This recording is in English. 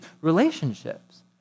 relationships